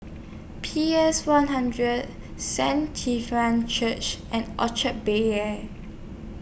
P S one hundred Saint Church and Orchard Bel Air